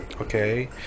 okay